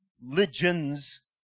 religions